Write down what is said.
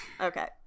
Okay